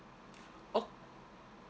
o~